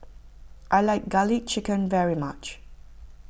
I like Garlic Chicken very much